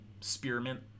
spearmint